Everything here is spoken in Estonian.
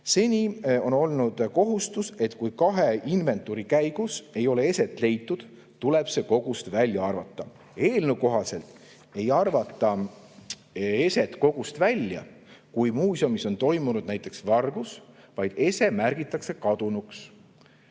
Seni on olnud kohustus, et kui kahe inventuuri käigus ei ole eset leitud, tuleb see kogust välja arvata. Eelnõu kohaselt ei arvata eset kogust välja, kui muuseumis on toimunud näiteks vargus, vaid sellisel juhul märgitakse ese kadunuks.